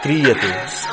क्रियते